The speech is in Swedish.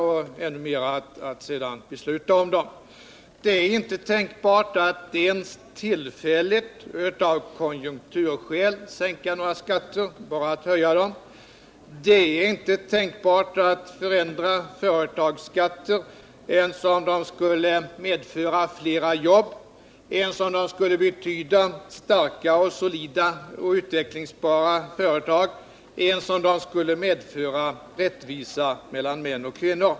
Än värre var det att besluta om sänkningar. Det är alltså inte tänkbart att tillfälligt, av konjunkturskäl, sänka några skatter, det går bara att höja dem. Det är inte tänkbart att ändra företagsskatter ens om det skulle medföra flera arbeten och göra företagen starka, solida och utvecklingsbara, ja, inte ens om det skulle skapa rättvisa mellan män och kvinnor.